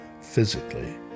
physically